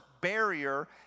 barrier